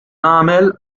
nagħmel